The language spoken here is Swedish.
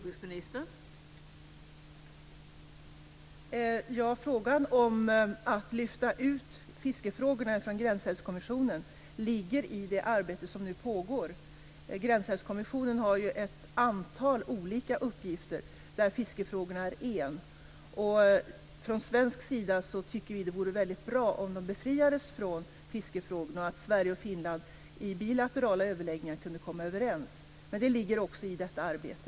Fru talman! Frågan om att lyfta ut fiskefrågorna från Gränsälvskommissionen ligger i det arbete som nu pågår. Gränsälvskommissionen har ett antal olika uppgifter där fiskefrågorna är en. Från svensk sida tycker vi att det vore väldigt bra om den befriades från fiskefrågorna och att Sverige och Finland i bilaterala överläggningar kunde komma överens. Men det ligger också i detta arbete.